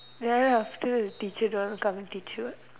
ya ya still your teacher don't want to come teach you what